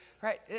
right